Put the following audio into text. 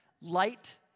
light